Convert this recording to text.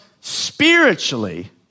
spiritually